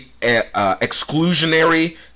exclusionary